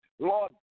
Lord